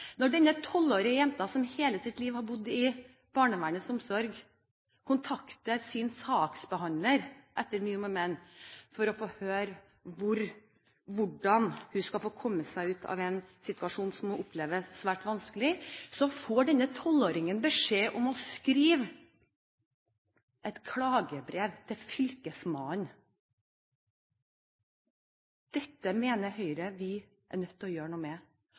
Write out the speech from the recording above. Når denne tolvårige jenta som hele sitt liv har bodd i barnevernets omsorg, kontakter sin saksbehandler – etter mye om og men – for å høre hvordan hun skal få kommet seg ut av en situasjon som hun opplever som svært vanskelig, får denne tolvåringen beskjed om å skrive et klagebrev til fylkesmannen. Dette mener Høyre vi er nødt til å gjøre noe med.